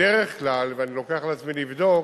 בדרך כלל, ואני לוקח על עצמי לבדוק,